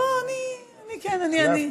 לא, אני, אני כן, אני.